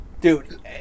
Dude